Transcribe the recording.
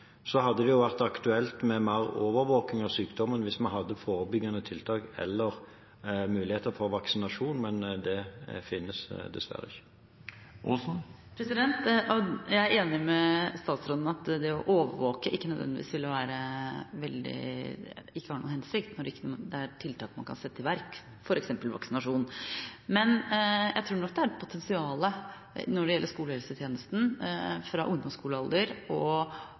mer overvåking av sykdommen hvis vi hadde forebyggende tiltak eller muligheter for vaksinasjon, men det finnes dessverre ikke. Jeg er enig med statsråden i at det å overvåke ikke nødvendigvis har noen hensikt når det ikke er noen tiltak man kan sette i verk, f.eks. vaksinasjon. Men jeg tror nok det er potensial når det gjelder skolehelsetjenesten, fra ungdomsskolealder og